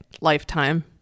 lifetime